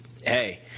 hey